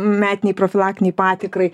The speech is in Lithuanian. metinei profilaktinei patikrai